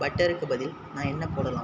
பட்டருக்கு பதில் நான் என்ன போடலாம்